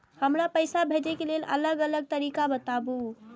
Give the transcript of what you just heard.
हमरा पैसा भेजै के लेल अलग अलग तरीका बताबु?